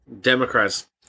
Democrats